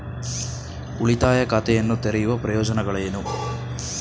ಉಳಿತಾಯ ಖಾತೆಯನ್ನು ತೆರೆಯುವ ಪ್ರಯೋಜನಗಳೇನು?